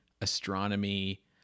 astronomy